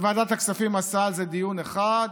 וועדת הכספים עשתה על זה דיון אחד,